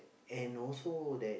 and also that